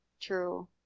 True